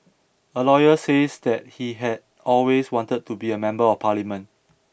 a lawyer says that he had always wanted to be a member of parliament